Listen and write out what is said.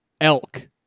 Elk